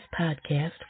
Podcast